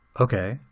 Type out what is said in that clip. Okay